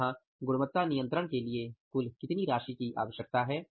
तो यहां गुणवत्ता नियंत्रण के लिए कुल कितनी राशि की आवश्यकता है